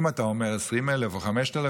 אם אתה אומר 20,000 או 5,000,